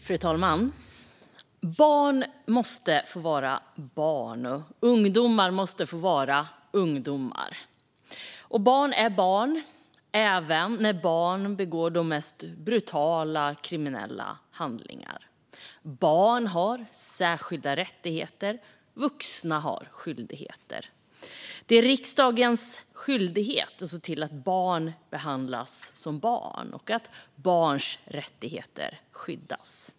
Fru talman! Barn måste få vara barn. Ungdomar måste få vara ungdomar. Barn är barn, även när barn begår de mest brutala kriminella handlingar. Barn har särskilda rättigheter; vuxna har skyldigheter. Det är riksdagens skyldighet att se till att barn behandlas som barn och att barns rättigheter skyddas.